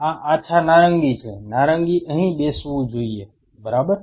આ આછા નારંગી છે નારંગી અહીં બેસવું જોઈએ બરાબર